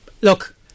Look